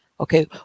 Okay